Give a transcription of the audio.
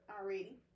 already